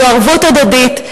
זו ערבות הדדית.